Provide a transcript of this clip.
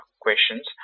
questions